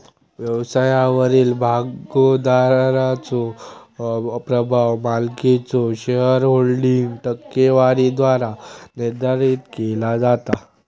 व्यवसायावरील भागोधारकाचो प्रभाव मालकीच्यो शेअरहोल्डिंग टक्केवारीद्वारा निर्धारित केला जाता